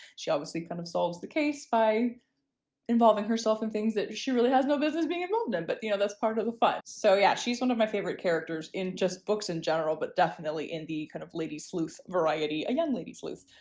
she obviously kind of solves the case by involving herself in things that she really has no business being involved in. and but you know that's part of the fun. so yeah she's one of my favorite characters in just books in general but definitely in the kind of lady sleuth variety, a young lady sleuth.